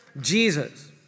Jesus